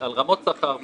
הן חוששות,